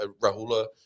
Rahula